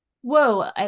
Whoa